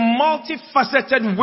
multifaceted